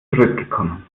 zurückgekommen